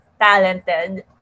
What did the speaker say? talented